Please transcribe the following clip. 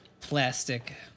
plastic